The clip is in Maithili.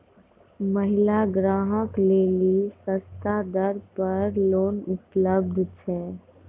महिला ग्राहक लेली सस्ता दर पर लोन उपलब्ध छै?